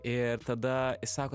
ir tada sako